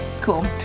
cool